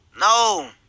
No